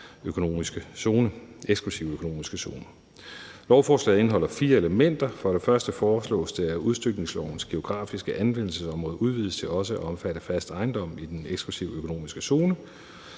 eksklusive økonomiske zone. Lovforslaget indeholder fire elementer: For det første foreslås det, at udstykningslovens geografiske anvendelsesområde udvides til også at omfatte fast ejendom i den eksklusive økonomiske zone.